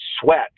sweat